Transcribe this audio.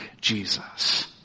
Jesus